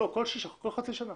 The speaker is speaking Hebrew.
כל חצי שנה